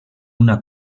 una